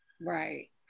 Right